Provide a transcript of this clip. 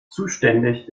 zuständig